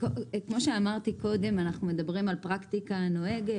כמו שאמרתי קודם, אנחנו מדברים על פרקטיקה הנוהגת.